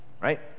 right